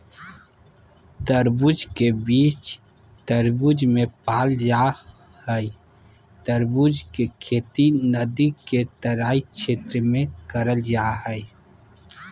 तरबूज के बीज तरबूज मे पाल जा हई तरबूज के खेती नदी के तराई क्षेत्र में करल जा हई